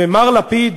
ומר לפיד,